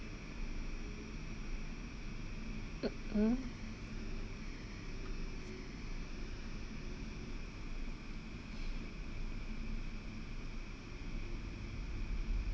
mm